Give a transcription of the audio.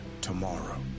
tomorrow